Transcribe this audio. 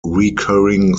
recurring